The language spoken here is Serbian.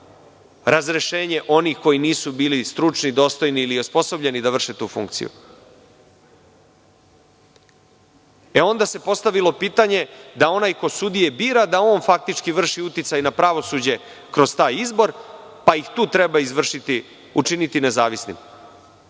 razrešenje onih koji nisu bili stručni, dostojni ili osposobljeni da vrše tu funkciju. Onda se postavilo pitanje da onaj ko sudije bira faktički vrši i uticaj na pravosuđe kroz taj izbor, pa ih tu treba učiniti nezavisnim.